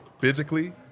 physically